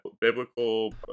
biblical